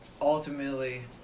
ultimately